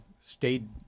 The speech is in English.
stayed